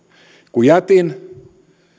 kun jätin